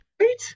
Right